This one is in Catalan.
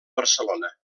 barcelona